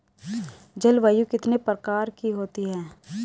जलवायु कितने प्रकार की होती हैं?